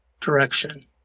direction